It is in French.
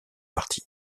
parti